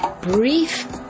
brief